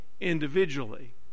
individually